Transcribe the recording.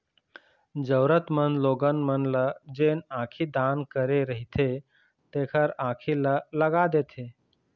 जरुरतमंद लोगन मन ल जेन आँखी दान करे रहिथे तेखर आंखी ल लगा देथे